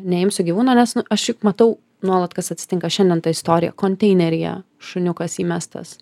neimsiu gyvūno nes nu aš juk matau nuolat kas atsitinka šiandien ta istorija konteineryje šuniukas įmestas